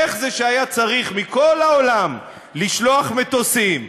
איך זה שהיה צריך מכל העולם לשלוח מטוסים,